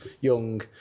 young